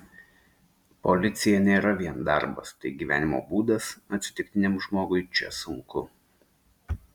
policija nėra vien darbas tai gyvenimo būdas atsitiktiniam žmogui čia sunku